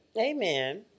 Amen